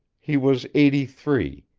he was eighty-three,